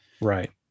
Right